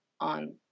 on